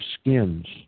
skins